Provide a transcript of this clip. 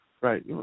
Right